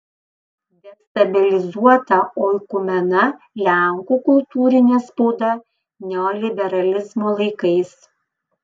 destabilizuota oikumena lenkų kultūrinė spauda neoliberalizmo laikais